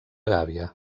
gàbia